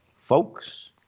Folks